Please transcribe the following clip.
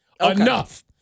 Enough